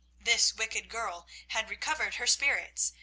this wicked girl had recovered her spirits,